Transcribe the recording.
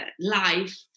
life